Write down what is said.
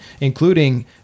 including